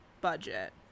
budget